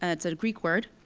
ah it's a greek word.